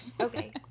Okay